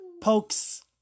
pokes